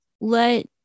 let